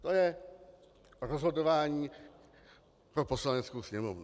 To je rozhodování pro Poslaneckou sněmovnu.